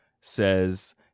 says